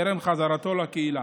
טרם חזרתה לקהילה.